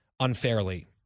unfairly